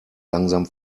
langsam